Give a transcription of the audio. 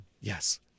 Yes